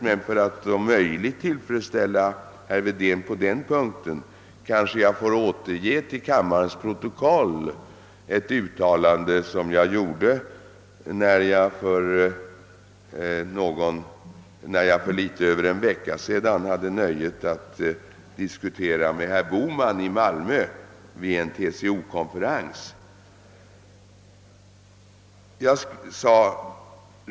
Men för att om möjligt tillfredsställa herr Wedén på denna punkt vill jag i kammarens protokoll läsa in ett uttalande som jag gjorde när jag för något mer än en vecka sedan hade nöjet att diskutera med herr Bohman vid en TCO-konferens i Malmö.